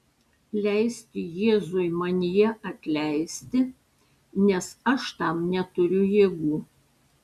leisti jėzui manyje atleisti nes aš tam neturiu jėgų